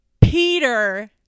Peter